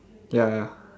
ya ya